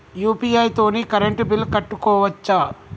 UPI తోని current bill కట్టుకోవచ్ఛా?